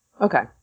okay